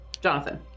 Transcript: Jonathan